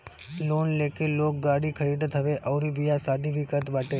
loan लेके लोग गाड़ी खरीदत हवे अउरी बियाह शादी भी करत बाटे